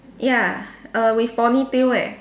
ya err with pony tail right